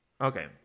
Okay